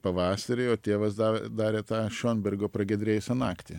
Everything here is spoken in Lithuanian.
pavasarį o tėvas darė tą šionbergo pragiedrėjusią naktį